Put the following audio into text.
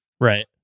Right